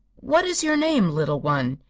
what is your name, little one?